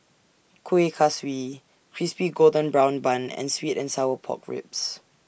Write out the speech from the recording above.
Kueh Kaswi Crispy Golden Brown Bun and Sweet and Sour Pork Ribs